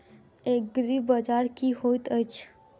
एग्रीबाजार की होइत अछि?